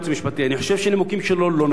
אני חושב שהנימוקים שלו לא נכונים.